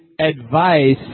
advice